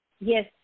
Yes